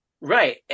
Right